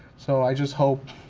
so i just hope